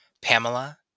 Pamela